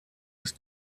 ist